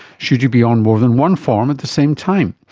should you be on more than one form at the same time?